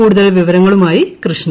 കൂടുതൽവിവരങ്ങളുമായികൃഷ്ണ